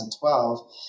2012